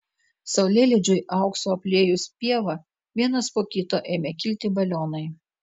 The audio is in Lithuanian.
saulėlydžiui auksu apliejus pievą vienas po kito ėmė kilti balionai